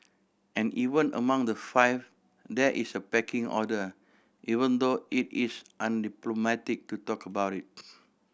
and even among the five there is a pecking order even though it is undiplomatic to talk about it